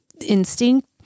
instinct